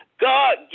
God